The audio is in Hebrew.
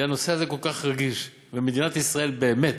כי הנושא הזה כל כך רגיש, ומדינת ישראל באמת